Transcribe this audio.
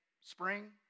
spring